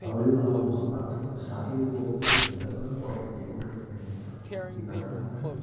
travel ചെയ്തു കാണാൻ പോകുമ്പം അത്രയും സ്ട്രഗ്ൾ ചെയ്തു പോകുന്നത് ബന്ധങ്ങൾ ഉറപ്പിക്കാൻ കൂട്ടി ഉറപ്പിക്കാൻ വേണ്ടിയാണ് അപ്പം ഇന്നത്തെ കാലത്ത്